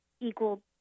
equal